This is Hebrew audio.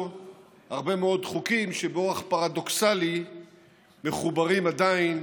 הרבה מאוד חוקים שבאורח פרדוקסלי מחוברים עדיין